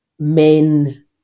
men